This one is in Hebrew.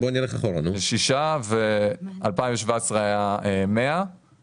6. 2017 היה 100,